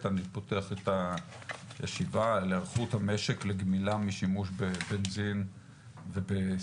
אני פותח את הישיבה על היערכות המשק לגמילה משימוש בבנזין ובסולר.